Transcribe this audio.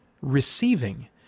receiving